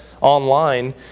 online